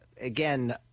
again